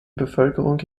bevölkerung